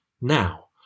now